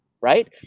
right